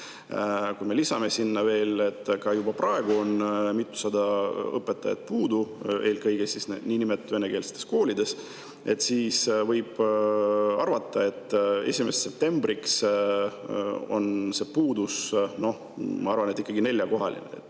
Kui me lisame sinna veel, et juba praegu on mitusada õpetajat puudu, eelkõige niinimetatud venekeelsetes koolides, siis võib arvata, et 1. septembriks on see puudus, ma arvan, ikkagi neljakohaline: